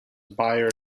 bayer